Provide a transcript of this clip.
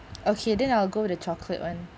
okay then I will go with the chocolate [one]